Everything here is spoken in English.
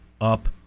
up